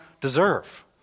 deserve